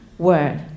word